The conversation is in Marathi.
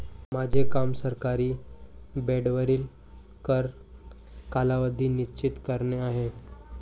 माझे काम सरकारी बाँडवरील कर कालावधी निश्चित करणे आहे